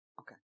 Okay